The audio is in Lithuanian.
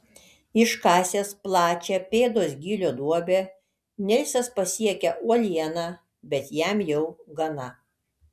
iškasęs plačią pėdos gylio duobę nilsas pasiekia uolieną bet jam jau gana